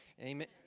Amen